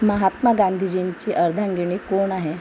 महात्मा गांधीजींची अर्धांगिनी कोण आहे